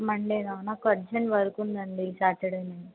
మండేనా నాకు urgent work ఉందండి ఈ సాటర్డే